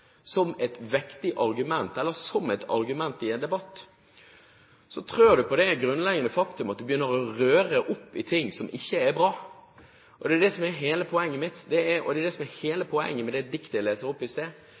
som et argument i en debatt, så er det et grunnleggende faktum at han begynner å røre opp i ting som ikke er bra. Det er det som er hele poenget mitt, og det er det som er hele poenget med det diktet jeg leste opp i